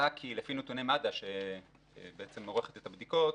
עלה כי לפי נתוני מד"א, שבעצם עורך את הבדיקות,